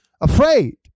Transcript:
afraid